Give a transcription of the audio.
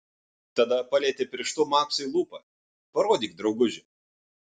tada palietė pirštu maksui lūpą parodyk drauguži